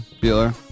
dealer